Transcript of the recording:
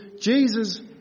Jesus